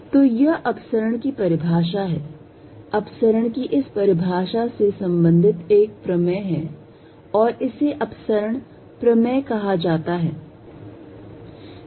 तो यह अपसरण की परिभाषा है अपसरण की इस परिभाषा से संबंधित एक प्रमेय है और इसे अपसरण प्रमेय कहा जाता है